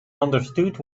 understood